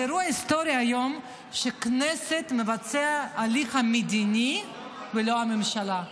זה אירוע היסטורי היום שהכנסת מבצעת הליך מדיני ולא הממשלה.